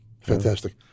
Fantastic